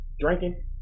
drinking